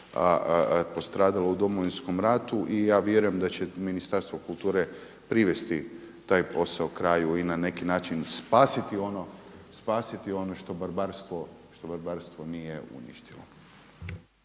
postradalo u Domovinskom ratu. I ja vjerujem da će Ministarstvo kulture privesti taj posao kraju i na neki način spasiti ono što barbarstvo nije uništilo.